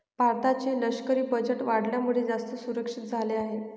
भारताचे लष्करी बजेट वाढल्यामुळे, जास्त सुरक्षित झाले आहे